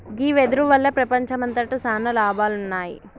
గీ వెదురు వల్ల ప్రపంచంమంతట సాన లాభాలున్నాయి